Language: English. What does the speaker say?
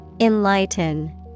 Enlighten